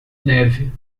neve